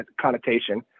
connotation